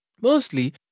Mostly